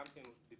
גם כן דיפרנציאלי.